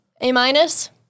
A-minus